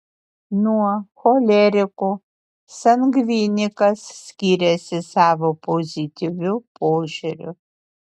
nuo choleriko sangvinikas skiriasi savo pozityviu požiūriu